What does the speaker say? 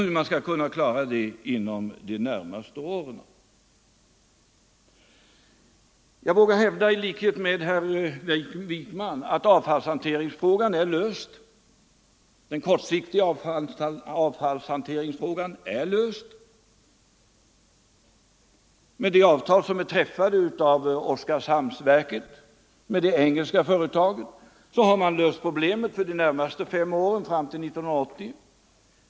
Jag vågar i likhet med herr Wijkman hävda att den kortsiktiga av fallshanteringsfrågan är löst. Med de avtal som Oskarshamnsverket har Nr 131 träffat med det engelska företaget har man löst problemet för tiden fram Fredagen den till 1980.